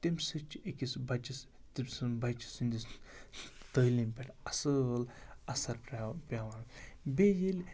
تمہِ سۭتۍ چھِ أکِس بَچَس تٔمۍ سُنٛد بَچہِ سٕنٛدِس تعلیٖم پٮ۪ٹھ اَصٕل اَثَر پرٛ پٮ۪وان بیٚیہِ ییٚلہِ